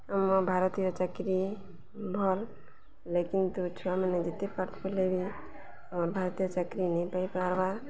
ଆମ ଭାରତୀୟ ଚାକିରି ଭଲ୍ ଲେକିନ୍ କିନ୍ତୁ ଛୁଆମାନେ ଯେତେ ପାଠ୍ ପଢ଼୍ଲେ ବି ଆମ ଭାରତୀୟ ଚାକିରି ନେଇ ପାଇପାର୍ବା